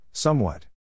Somewhat